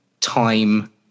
time